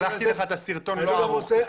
שלחתי לך את הסרטון כשהוא לא ערוך.